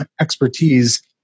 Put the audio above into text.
expertise